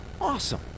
Awesome